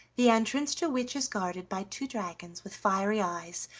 the entrance to which is guarded by two dragons with fiery eyes,